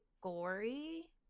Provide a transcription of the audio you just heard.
gory